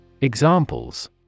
Examples